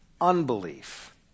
unbelief